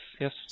yes